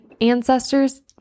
ancestors